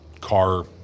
car